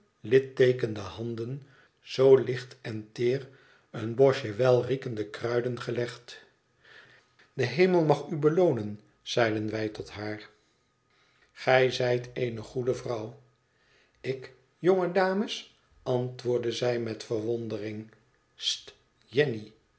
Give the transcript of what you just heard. gelikteekende handen zoo licht en teer een bosje welriekende kruiden gelegd de hemel mag u loonen zeiden wij tot haar wabe vbouwelijke sympathie gij zijt eene goede vrouw ik jonge dames antwoordde zij met verwondering st jenny